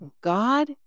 God